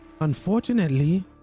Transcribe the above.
Unfortunately